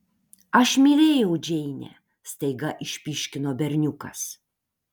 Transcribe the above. aš mylėjau džeinę staiga išpyškino berniukas